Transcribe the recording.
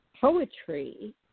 poetry